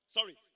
Sorry